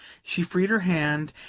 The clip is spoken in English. she freed her hand,